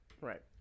Right